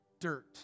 dirt